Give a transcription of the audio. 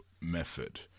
method